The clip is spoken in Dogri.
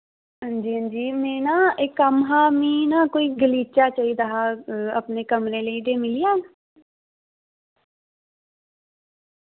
हां जी हां जी मैं ना इक कम्म हा मी ना कोई गलीचा चाहिदा हा अपने कमरे लेई ते मिली जाग